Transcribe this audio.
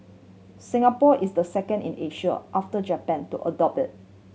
Singapore is the second in Asia after Japan to adopt it